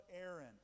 Aaron